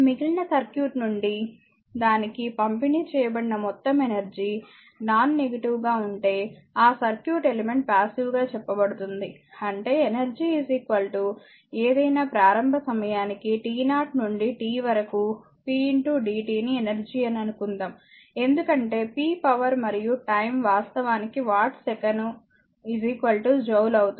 మిగిలిన సర్క్యూట్ నుండి దానికి పంపిణీ చేయబడిన మొత్తం ఎనర్జీ నాన్ నెగిటివ్ గా ఉంటే ఆ సర్క్యూట్ ఎలిమెంట్ పాసివ్ గా చెప్పబడుతుంది అంటే ఎనర్జీ ఏదైనా ప్రారంభ సమయానికి t0 నుండి t వరకు p dt ని ఎనర్జీ అని అనుకుందాం ఎందుకంటే p పవర్ మరియు టైమ్ వాస్తవానికి వాట్ సెకను జూల్ అవుతుంది